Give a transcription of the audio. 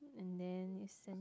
and then you sent